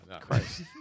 Christ